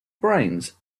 brains